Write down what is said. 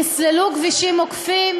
נסללו כבישים עוקפים.